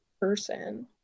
person